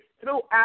throughout